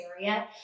area